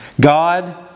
God